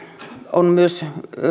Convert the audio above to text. on